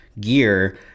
Gear